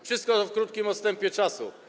Wszystko to w krótkim odstępie czasu.